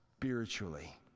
Spiritually